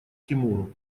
тимуру